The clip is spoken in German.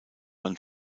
man